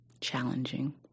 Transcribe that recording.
challenging